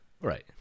Right